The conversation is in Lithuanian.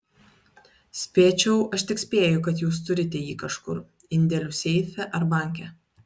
spėčiau aš tik spėju kad jūs turite jį kažkur indėlių seife ar banke